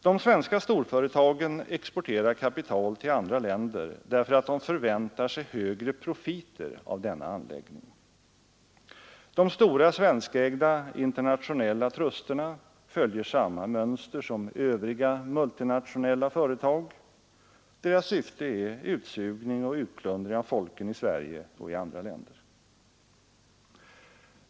De svenska storföretagen exporterar kapital till andra länder därför att man förväntar sig högre profiter av denna anläggning. De stora svenskägda internationella trusterna följer samma mönster som övriga multinationella företag. Deras syfte är utsugning och utplundring av folken i Sverige och i andra länder.